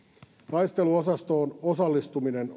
taisteluosastoon osallistuminen